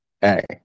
hey